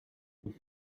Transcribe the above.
nous